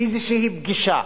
איזו פגישה,